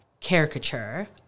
caricature